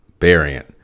variant